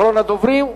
אחרון הדוברים,